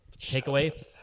Takeaway